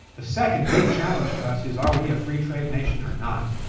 the second big challenge to us is, are we a free trade nation or not?